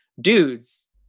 dudes